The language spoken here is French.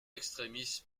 extremis